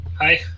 Hi